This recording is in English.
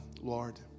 Lord